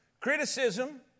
Criticism